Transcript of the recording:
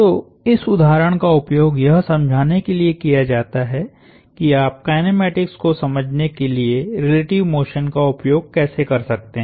तो इस उदाहरण का उपयोग यह समझाने के लिए किया जाता है कि आप काईनेमैटिक्स को समझने के लिए रिलेटिव मोशन का उपयोग कैसे कर सकते हैं